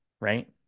right